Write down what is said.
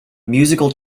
musical